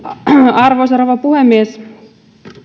arvoisa rouva puhemies